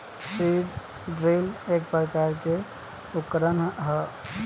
seed drill एक प्रकार के उकरण ह